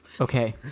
Okay